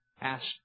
asked